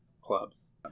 clubs